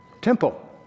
Temple